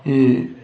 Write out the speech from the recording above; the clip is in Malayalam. ഈ